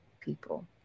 people